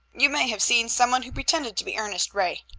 you may have seen some one who pretended to be ernest ray.